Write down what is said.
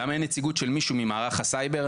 למה אין נציגות של מישהו ממערך הסייבר?